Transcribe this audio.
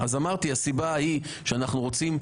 אז אמרתי: הסיבה היא שאנחנו רוצים,